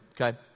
Okay